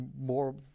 more